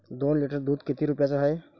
दोन लिटर दुध किती रुप्याचं हाये?